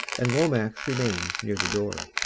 and lomax remains near the door,